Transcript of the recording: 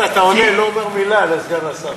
אתה עולה, לא אומר מילה לסגן השר.